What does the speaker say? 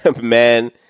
man